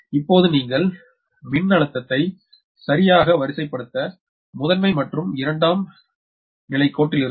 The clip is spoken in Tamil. இப்போது நீங்கள் மின்னழுத்தத்தை சரியாக அழைப்பதை வரிசைப்படுத்த முதன்மை மற்றும் இரண்டாம் நிலை வரிக்கு இடையில் வருகிறேன்